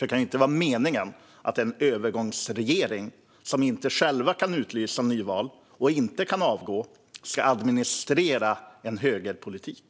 Det kan ju inte vara meningen att en övergångsregering, som inte själv kan utlysa extraval och inte kan avgå, ska administrera en högerpolitik.